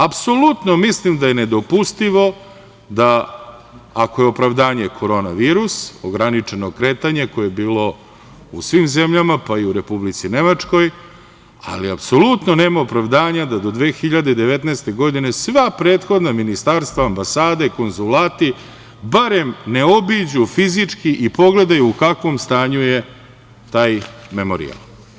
Apsolutno mislim da je nedopustivo da ako je opravdanje Korona virus, ograničeno kretanje, koje je bilo u svim zemljama, pa i u Republici Nemačkoj, ali apsolutno nema opravdanja da do 2019. godine sva prethodna ministarstva, ambasade, konzulati, barem ne obiđu fizički i pogledaju u kakvom stanju je taj memorijal.